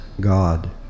God